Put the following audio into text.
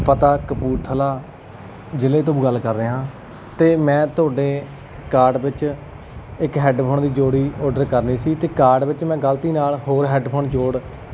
ਪਤਾ ਕਪੂਰਥਲਾ ਜ਼ਿਲ੍ਹੇ ਤੋਂ ਗੱਲ ਕਰ ਰਿਹਾ ਅਤੇ ਮੈਂ ਤੁਹਾਡੇ ਕਾਰਡ ਵਿੱਚ ਇੱਕ ਹੈਡਫੋਨ ਦੀ ਜੋੜੀ ਓਡਰ ਕਰਨੀ ਸੀ ਅਤੇ ਕਾਰਡ ਵਿੱਚ ਮੈਂ ਗਲਤੀ ਨਾਲ ਹੋਰ ਹੈਡਫੋਨ ਜੋੜ